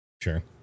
sure